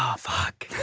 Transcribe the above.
ah fuck,